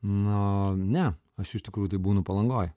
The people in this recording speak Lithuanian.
na ne aš iš tikrųjų tai būnu palangoj